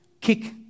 kick